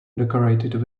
decorated